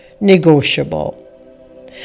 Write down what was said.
negotiable